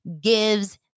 gives